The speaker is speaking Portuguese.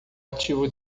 ativo